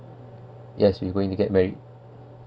yes we going to get married